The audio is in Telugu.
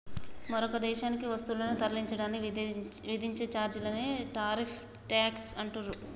మరొక దేశానికి వస్తువులను తరలించడానికి విధించే ఛార్జీలనే టారిఫ్ ట్యేక్స్ అంటుండ్రు